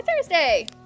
Thursday